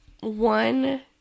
one